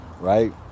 right